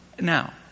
Now